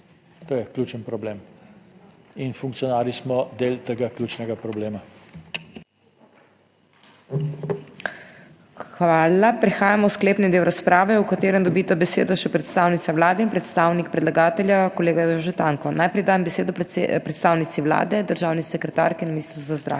To je ključen problem in funkcionarji smo del tega ključnega problema. **PODPREDSEDNICA MAG. MEIRA HOT:** Hvala. Prehajamo v sklepni del razprave, v katerem dobita besedo še predstavnica Vlade in predstavnik predlagatelja, kolega Jože Tanko. Najprej dajem besedo predstavnici Vlade, državni sekretarki na Ministrstvu za zdravje.